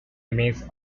remains